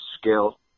skill